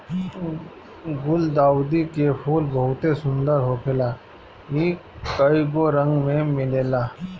गुलदाउदी के फूल बहुते सुंदर होखेला इ कइगो रंग में मिलेला